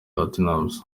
platnumz